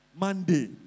Monday